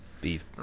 Beef